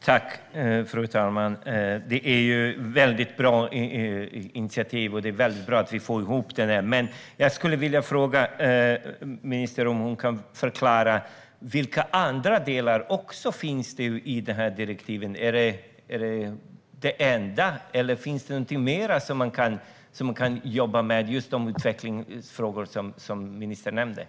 Fru talman! Det är ett väldigt bra initiativ. Men jag skulle vilja fråga ministern vilka andra delar som finns i direktiven. Är de utvecklingsfrågor som ministern nämnde de enda, eller finns det någonting mer som man kan jobba med?